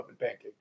pancakes